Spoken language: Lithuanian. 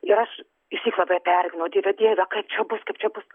ir aš iš syk labai pergyenau dieve dieve kad čia bus kaip čia bus